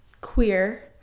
queer